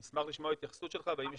אני אשמח לשמוע התייחסות שלך והאם יש